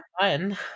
fun